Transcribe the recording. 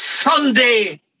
Sunday